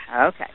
Okay